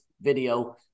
video